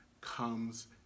comes